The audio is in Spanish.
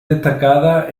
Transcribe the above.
destacada